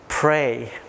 Pray